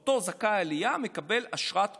אותו זכאי עלייה מקבל אשרת עולה.